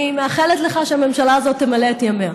אני מאחלת לך שהממשלה הזאת תמלא את ימיה.